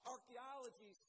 Archaeology